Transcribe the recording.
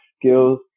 skills